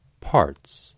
parts